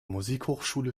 musikhochschule